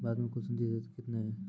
भारत मे कुल संचित क्षेत्र कितने हैं?